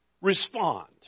Respond